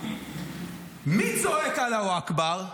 מי צועק "אללה אכבר"?